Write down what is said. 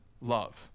love